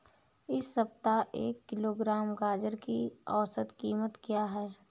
इस सप्ताह एक किलोग्राम गाजर की औसत कीमत क्या है?